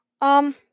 Um-